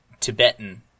Tibetan